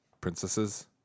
Princesses